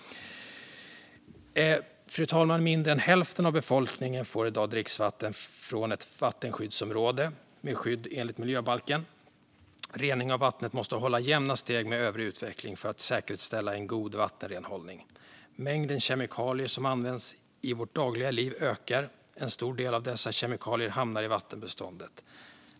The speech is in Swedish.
Fru talman! Mindre än hälften av befolkningen får i dag dricksvatten från ett vattenskyddsområde med skydd enligt miljöbalken. Reningen av vattnet måste hålla jämna steg med övrig utveckling för att säkerställa en god vattenrening. Mängden kemikalier som används i våra dagliga liv ökar, och en stor del av dessa kemikalier hamnar i vattenbeståndet.